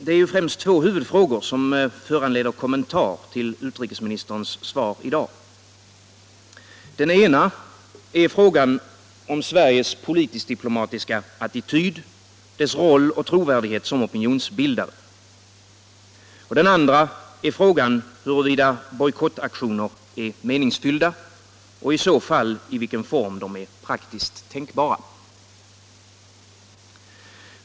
Det är främst två huvudfrågor som föranleder kommentar till utrikesministerns svar i dag. Den ena är frågan om Sveriges politisk-diplomatiska attityd, dess roll och trovärdighet som opinionsbildare. Den andra är frågan huruvida bojkottaktioner är meningsfyllda — och i så fall i vilken form de är praktiskt tänkbara.